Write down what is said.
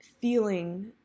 feeling